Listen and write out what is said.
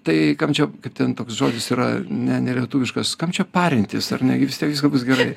tai kam čia kaip ten toks žodis yra ne nelietuviškas kam čia parintis ar ne gi vis tiek viskas bus gerai